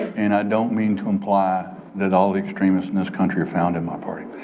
and i don't mean to imply that all the extremists in this country are found in my party.